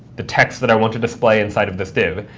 the text that i want to display inside of this div,